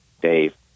Dave